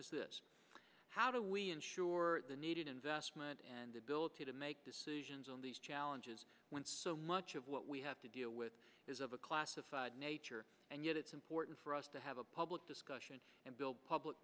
is this how do we ensure the needed investment and ability to make decisions on these challenges when so much of what we have to deal with is of a classified nature and yet it's important for us to have a public discussion and build public